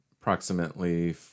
Approximately